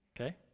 okay